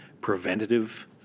preventative